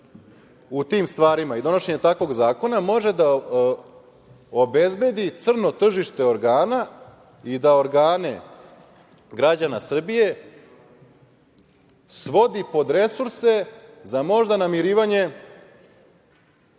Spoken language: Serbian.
u tim stvarima i donošenje takvog zakona može da obezbedi crno tržište organa i da organe građana Srbije svodi pod resurse za, možda, namirivanje